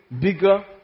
bigger